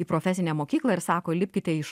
į profesinę mokyklą ir sako lipkite iš